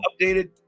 updated